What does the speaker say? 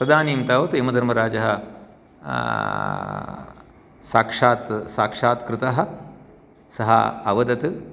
तदानीं तावत् यमधर्मराजः साक्षात् साक्षात्कृतः सः अवदत्